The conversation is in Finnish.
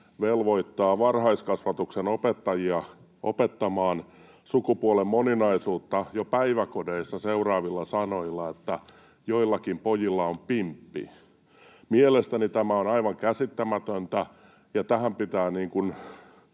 velvoittaa varhaiskasvatuksen opettajia opettamaan sukupuolen moninaisuutta jo päiväkodeissa seuraavilla sanoilla, että ”joillakin pojilla on pimppi”. Mielestäni tämä on aivan käsittämätöntä, ja tähän pitää